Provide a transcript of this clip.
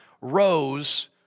rose